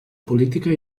política